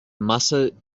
masse